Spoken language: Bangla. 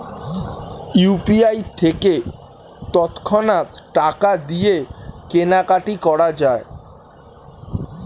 ইউ.পি.আই থেকে তৎক্ষণাৎ টাকা দিয়ে কেনাকাটি করা যায়